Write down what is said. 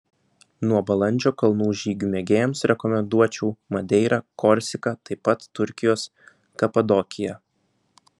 nuo balandžio kalnų žygių mėgėjams rekomenduočiau madeirą korsiką taip pat turkijos kapadokiją